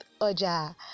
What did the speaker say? OJA